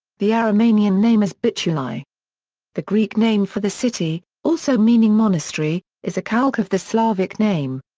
the aromanian name is bituli. the greek name for the city, also meaning monastery, is a calque of the slavic name.